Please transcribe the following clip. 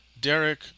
Derek